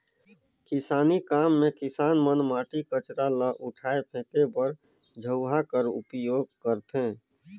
किसानी काम मे किसान मन माटी, कचरा ल उठाए फेके बर झउहा कर उपियोग करथे